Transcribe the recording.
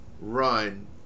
run